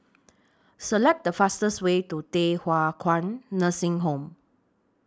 Select The fastest Way to Thye Hua Kwan Nursing Home